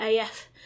AF